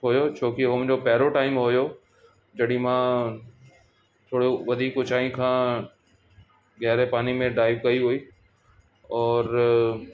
खोयो छो की हो मुंहिंजो पहिरियों टाइम हुयो जॾहिं मां थोरो वधीक ऊचाई खां गहिरे पाणीअ में डाइव कई हुई और